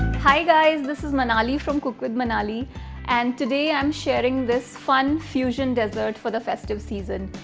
hi guys, this is manali from cook with manali and today i'm sharing this fun fusion dessert for the festive season.